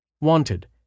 wanted